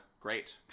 great